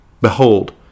Behold